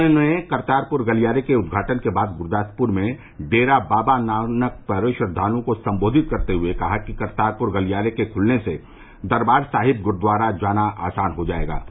उन्होंने करतारपुर गलियारे के उदघाटन के बाद गुरदासपुर में डेरा बाबा नानक पर श्रद्वालुओं को सम्बोधित करते हुए कहा कि करतारपुर गलियारे के खुलने से दरबार साहिब गुरूद्वारा जाना आसान हो जायेगा